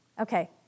Okay